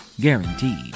Guaranteed